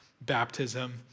baptism